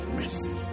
mercy